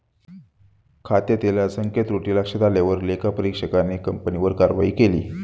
खात्यातील असंख्य त्रुटी लक्षात आल्यावर लेखापरीक्षकाने कंपनीवर कारवाई केली